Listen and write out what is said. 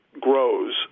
grows